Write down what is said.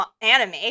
anime